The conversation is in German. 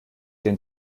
denn